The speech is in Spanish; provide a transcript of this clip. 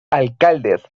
alcaldes